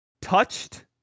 touched